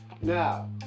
Now